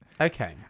okay